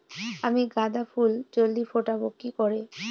আমি গাঁদা ফুল জলদি ফোটাবো কি করে?